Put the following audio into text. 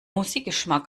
musikgeschmack